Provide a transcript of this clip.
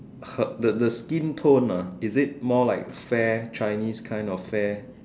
her the the skin tone ah is it more like fair Chinese kind of fair